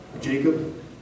Jacob